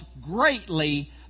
greatly